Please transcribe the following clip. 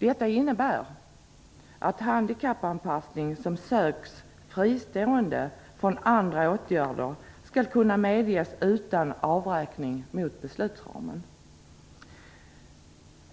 Detta innebär att bidrag till handikappanpassning som söks fristående från andra åtgärder skall kunna medges utan avräkning mot beslutsramen.